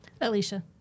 Alicia